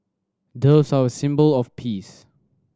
doves are a symbol of peace